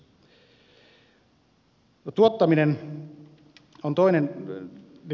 tuottaminen on toinen